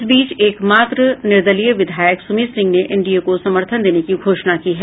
इस बीच एकमात्र निर्दलीय विधायक सुमित सिंह ने एनडीए को समर्थन देने की घोषणा की है